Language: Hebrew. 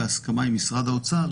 בהסכמה עם משרד האוצר,